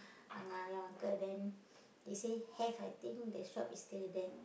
your uncle then they say have I think the shop is still there